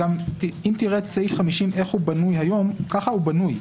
ואם תראה איך סעיף 50 בנוי היום, ככה הוא בנוי.